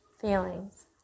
feelings